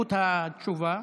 זכות התשובה.